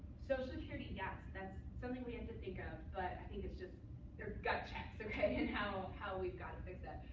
social security, yes, that's something we have to think of. but i think it's just they're gut checks, ok? and how how we've got to fix that.